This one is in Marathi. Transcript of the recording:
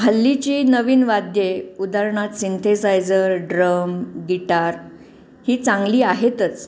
हल्लीची नवीन वाद्ये उदाहरणार्थ सिंथेसायझर ड्रम गिटार ही चांगली आहेतच